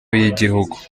y’igihugu